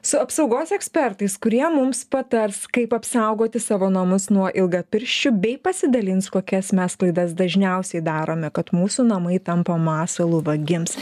su apsaugos ekspertais kurie mums patars kaip apsaugoti savo namus nuo ilgapirščių bei pasidalins kokias mes klaidas dažniausiai darome kad mūsų namai tampa masalu vagims